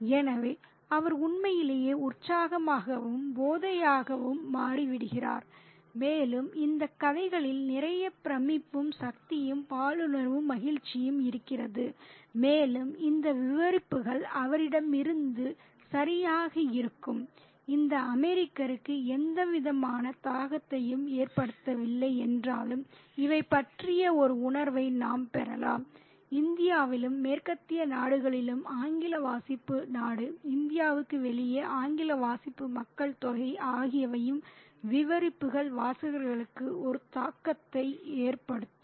எனவே அவர் உண்மையிலேயே உற்சாகமாகவும் போதையாகவும் மாறிவிடுகிறார் மேலும் இந்த கதைகளில் நிறைய பிரமிப்பும் சக்தியும் பாலுணர்வும் மகிழ்ச்சியும் இருக்கிறது மேலும் இந்த விவரிப்புகள் அவரிடமிருந்து சரியாக இருக்கும் இந்த அமெரிக்கருக்கு எந்தவிதமான தாக்கத்தையும் ஏற்படுத்தவில்லை என்றாலும் இவை பற்றிய ஒரு உணர்வை நாம் பெறலாம் இந்தியாவிலும் மேற்கத்திய நாடுகளிலும் ஆங்கில வாசிப்பு நாடு இந்தியாவுக்கு வெளியே ஆங்கில வாசிப்பு மக்கள் தொகை ஆகியவையும் விவரிப்புகள் வாசகர்களுக்கு ஒரு தாக்கத்தை ஏற்படுத்தும்